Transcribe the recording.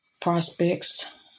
prospects